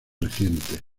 recientes